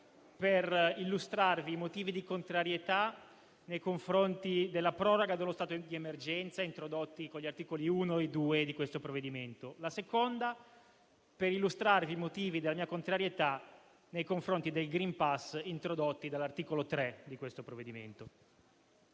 per illustrarvi i motivi di contrarietà nei confronti della proroga dello stato di emergenza introdotto con gli articoli 1 e 2 di questo provvedimento; la seconda, per illustrare i motivi della mia contrarietà nei confronti del *green pass* introdotto all'articolo 3 di questo provvedimento.